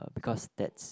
because that's